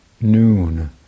noon